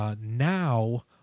Now